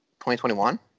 2021